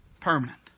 Permanent